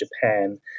Japan